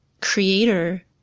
Creator